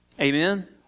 Amen